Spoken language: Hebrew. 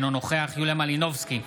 אינו נוכח יוליה מלינובסקי,